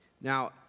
Now